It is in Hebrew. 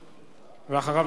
אוקיי.